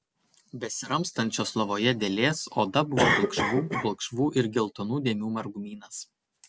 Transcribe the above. besiramstančios lovoje dėlės oda buvo pilkšvų balkšvų ir geltonų dėmių margumynas